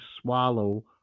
swallow